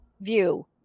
view